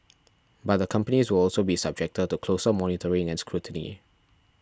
but the companies will also be subjected to closer monitoring and scrutiny